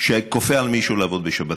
שכופה על מישהו לעבוד בשבת.